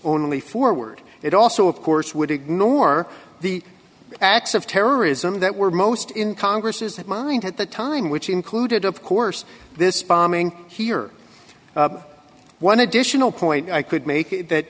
only forward it also of course would ignore the acts of terrorism that were most in congress is mind at the time which included of course this bombing here one additional point i could make that